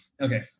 Okay